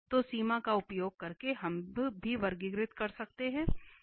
तो सीमा का उपयोग करके हम भी वर्गीकृत कर सकते हैं